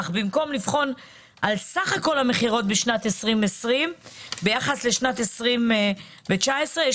אך במקום לבחון על סך כול המכירות בשנת 2020 ביחס לשנת 19'. יש